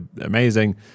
Amazing